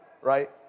right